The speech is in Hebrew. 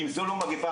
אם זו לא מגפה,